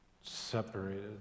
separated